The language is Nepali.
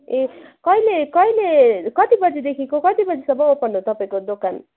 ए कहिले कहिले कति बजी देखी कति बजीसम्म ओपन हो तपाईँको दोकान